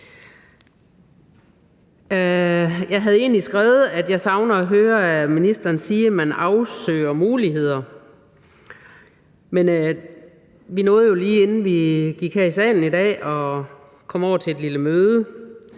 Jeg havde egentlig skrevet, at jeg savner at høre ministeren sige, at man afsøger muligheder. Men vi nåede jo, lige inden vi skulle i salen i dag, at komme over til et lille møde.